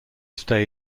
stay